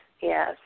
yes